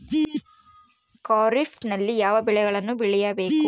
ಖಾರೇಫ್ ನಲ್ಲಿ ಯಾವ ಬೆಳೆಗಳನ್ನು ಬೆಳಿಬೇಕು?